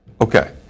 Okay